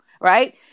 Right